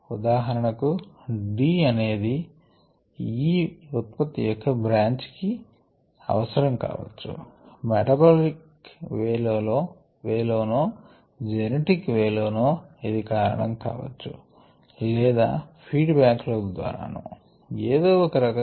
ఉదాహరణకి D అనేది E ఉత్పత్తి అయ్యే బ్రాంచ్ కి అవసరం కావచ్చు మెటబాలిక్ వే లోనో జెనెటిక్ వే లోనో ఇది కారణం కావచ్చు లేదా ఫీడ్ బ్యాక్ లూప్ ద్వారానో ఏదో ఒక రకంగా